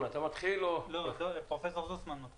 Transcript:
בבקשה, פרופ' זוסמן.